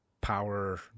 power